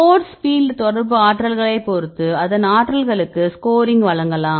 force field தொடர்பு ஆற்றல்களைப் பொறுத்து அதன் ஆற்றல்களுக்கு ஸ்கோரிங் வழங்கலாம்